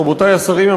רבותי השרים,